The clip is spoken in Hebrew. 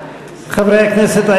חברי הכנסת,